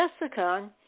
Jessica